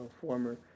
former